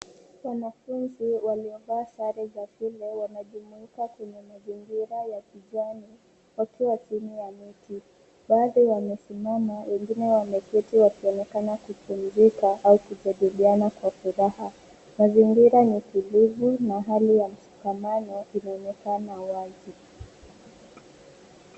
Wanafunzi wamevaa sare za shule wamejumuika kwenye mazingira ya kijani wakiwa chini ya mti. Baadhi wamesimama, wengine wameketi wakionekana kupumzika au kujadiliana kwa furaha. Mazingira ni tulivu na hali ya mshikamano inaonekana wazi.